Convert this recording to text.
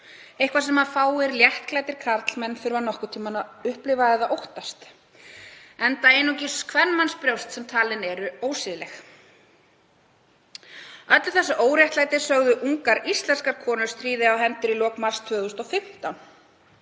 eitthvað sem fáir léttklæddir karlmenn þurfa nokkurn tíma að upplifa eða óttast, enda einungis kvenmannsbrjóst sem talin eru ósiðleg. Öllu þessu óréttlæti sögðu ungar íslenskar konur stríð á hendur í lok mars 2015.